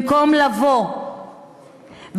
במקום לבוא ולהגיד: